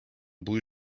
blue